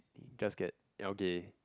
just get algae